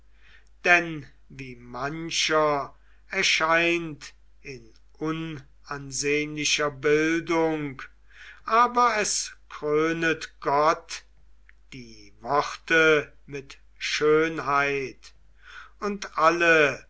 denn wie mancher erscheint in unansehnlicher bildung aber es krönet gott die worte mit schönheit und alle